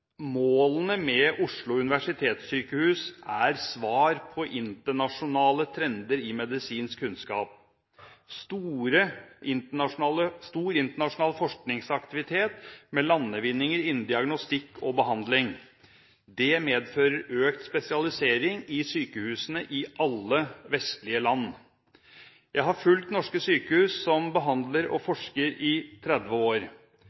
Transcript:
Målene med Oslo universitetssykehus er svar på internasjonale trender i medisinsk kunnskap. Stor internasjonal forskningsaktivitet med landevinninger innen diagnostikk og behandling medfører økt spesialisering i sykehusene i alle vestlige land. Jeg har fulgt norske sykehus som behandler og forsker i 30 år.